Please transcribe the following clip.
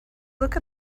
look